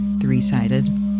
three-sided